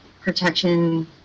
protection